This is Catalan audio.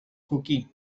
coquí